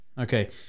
Okay